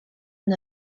and